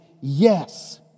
yes